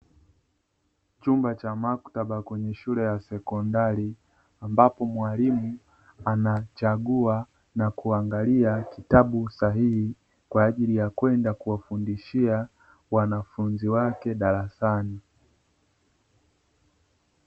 Chumba cha maktaba kwenye shule ya sekondari, ambapo mwalimu anachagua na kuangalia kitabu sahihi kwa ajili ya kwenda kuwafundishia wanafunzi wake darasani.